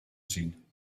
zien